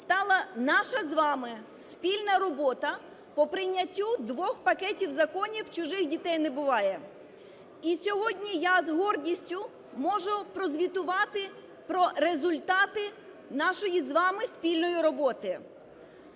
стала наша з вами спільна робота по прийняттю двох пакетів законів "Чужих дітей не буває". І сьогодні я з гордістю можу прозвітувати про результати нашої з вами спільної роботи.